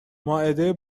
مائده